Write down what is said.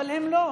אבל הם לא.